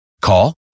Call